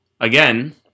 Again